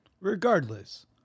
Regardless